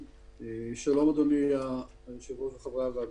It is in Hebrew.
שלום אדוני היושב-ראש וחברי הוועדה,